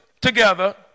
together